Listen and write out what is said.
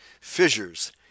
fissures